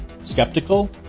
Skeptical